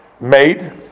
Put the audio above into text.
made